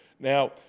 Now